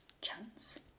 chance